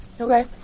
okay